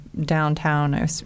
downtown